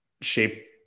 shape